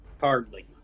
Hardly